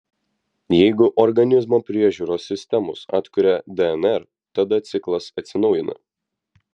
jeigu organizmo priežiūros sistemos atkuria dnr tada ciklas atsinaujina